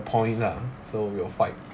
points lah so we'll fight